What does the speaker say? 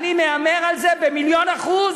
אני מהמר על זה במיליון אחוז,